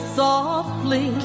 softly